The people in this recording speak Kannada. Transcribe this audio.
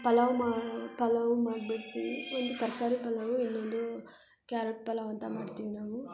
ಪಲಾವ್ ಮಾ ಪಲಾವ್ ಮಾಡ್ಬಿಡ್ತೀವಿ ಒಂದು ತರಕಾರಿ ಪಲಾವು ಇನ್ನೊಂದು ಕ್ಯಾರೊಟ್ ಪಲಾವ್ ಅಂತ ಮಾಡ್ತೀವಿ ನಾವು